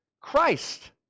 Christ